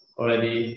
already